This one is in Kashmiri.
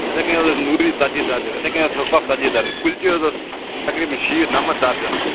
اِتھٕے کٔنۍ حظ اوس ژتجی درجن حظ اِتھٕے کٔنۍ اوس ژتجی درجن کُلچہٕ تہِ حظ اوس تقریٖبن شیٖتھ نَمتھ درجن حظ